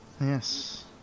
Yes